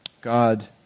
God